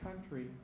country